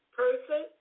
person